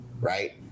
right